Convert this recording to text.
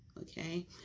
okay